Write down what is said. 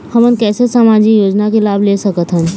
हमन कैसे सामाजिक योजना के लाभ ले सकथन?